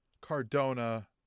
Cardona